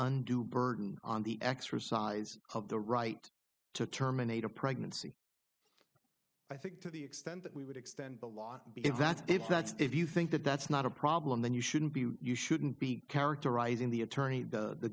undue burden on the exercise of the right to terminate a pregnancy i think to the extent that we would extend the law believe that if that's if you think that that's not a problem then you shouldn't be you shouldn't be characterizing the attorney the